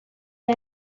boy